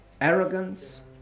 arrogance